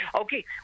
Okay